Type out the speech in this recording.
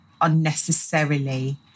unnecessarily